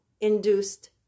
induced